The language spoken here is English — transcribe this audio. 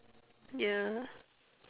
ya